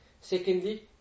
Secondly